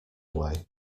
away